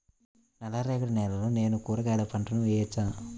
నల్ల రేగడి నేలలో నేను కూరగాయల పంటను వేయచ్చా?